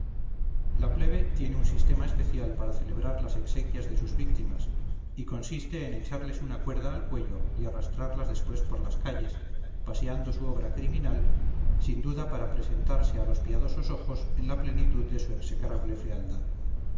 la plebe tiene un sistema especial para celebrar las exequias de sus víctimas y consiste en echarles una cuerda al cuello y arrastrarlas después por las calles paseando su obra criminal sin duda para presentarse a los piadosos ojos en la plenitud de su execrable fealdad